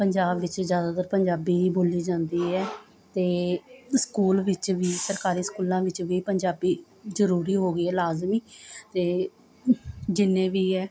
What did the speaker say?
ਪੰਜਾਬ ਵਿੱਚ ਜ਼ਿਆਦਾਤਰ ਪੰਜਾਬੀ ਹੀ ਬੋਲੀ ਜਾਂਦੀ ਹੈ ਅਤੇ ਸਕੂਲ ਵਿੱਚ ਵੀ ਸਰਕਾਰੀ ਸਕੂਲਾਂ ਵਿੱਚ ਵੀ ਪੰਜਾਬੀ ਜ਼ਰੂਰੀ ਹੋ ਗਈ ਲਾਜ਼ਮੀ ਅਤੇ ਜਿੰਨੇ ਵੀ ਹੈ